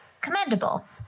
commendable